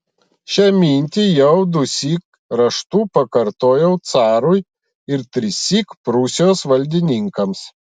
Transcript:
šią mintį jau dusyk raštu pakartojau carui ir trissyk prūsijos valdininkams